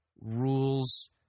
rules